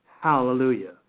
hallelujah